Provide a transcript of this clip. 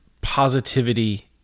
positivity